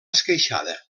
esqueixada